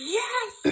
yes